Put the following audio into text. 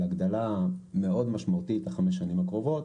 הגדלה מאוד משמעותית בחמש השנים הקרובות,